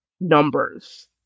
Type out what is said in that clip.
numbers